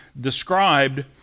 described